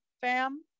fam